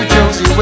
Josie